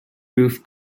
roof